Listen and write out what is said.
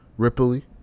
Ripley